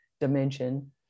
dimension